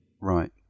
Right